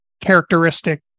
characteristic